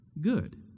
good